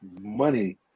money